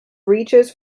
reaches